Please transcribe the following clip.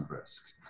risk